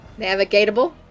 navigatable